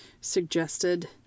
suggested